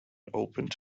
opened